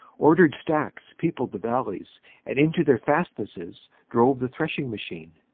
ordered stacks peopled the valleys and into their fastnesses drove the threshing machine.